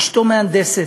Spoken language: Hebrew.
אשתו מהנדסת,